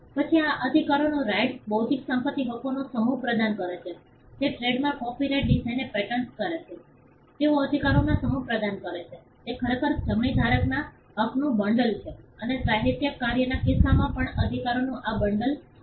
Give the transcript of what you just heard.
પછી આ અધિકારોના રાઇટ્સ બૌદ્ધિક સંપત્તિ હકોનો સમૂહ પ્રદાન કરે છે તે ટ્રેડમાર્ક કોપીરાઇટ ડિઝાઇનને પેટન્ટ કરે છે તેઓ અધિકારોનો સમૂહ પ્રદાન કરે છે તે ખરેખર જમણી ધારકના હકનું બંડલ છે અને સાહિત્યિક કાર્યના કિસ્સામાં પણ અધિકારોનું આ બંડલ બદલાય છે